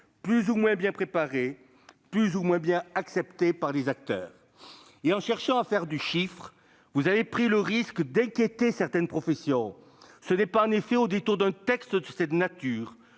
plus ou moins bien préparées, plus ou moins bien acceptées par les acteurs. De surcroît, en cherchant à faire du chiffre, vous avez pris le risque d'inquiéter certaines professions. Ce n'est, en effet, pas au détour d'un texte de cette nature